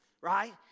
Right